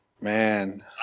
Man